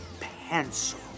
pencil